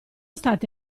stati